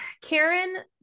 Karen